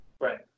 Right